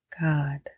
God